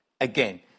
again